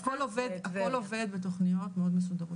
הכל עובד בתוכניות מאוד מסודרות,